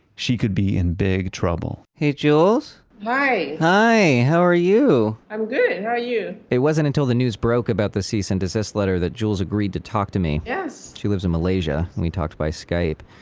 she could be in big trouble hey, jules? hi hi. how are you? i'm good. how are you? it wasn't until the news broke about the cease and desist letter that jules agreed to talk to me yes she lives in malaysia. and we talked by skype.